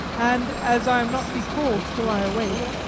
and, as i am not to be called till i awake,